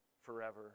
forever